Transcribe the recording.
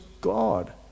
God